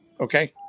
Okay